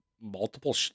multiple